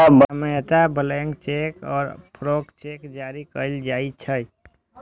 सामान्यतः blank cheque आ crossed cheque जारी कैल जाइ छै